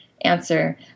Answer